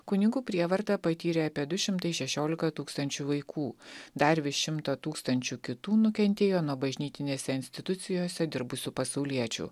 kunigų prievartą patyrė apie du šimtai šešiolika tūkstančių vaikų dar virš šimto tūkstančių kitų nukentėjo nuo bažnytinėse institucijose dirbusių pasauliečių